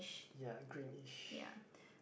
ya greenish